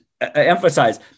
Emphasize